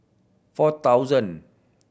four thousand